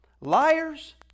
Liars